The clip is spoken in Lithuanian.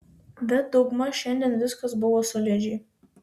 bet daugmaž šiandien viskas buvo solidžiai